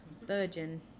Virgin